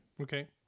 Okay